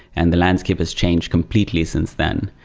and the landscape has changed completely since then.